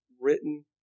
written